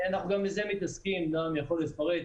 אנחנו גם בזה מתעסקים, נועם יכול לפרט.